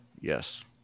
Yes